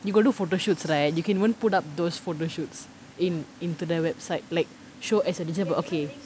you got do photoshoots right you can even put up those photoshoots in into their websites like show as okay